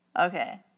Okay